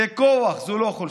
זה כוח, זו לא חולשה.